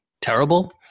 Terrible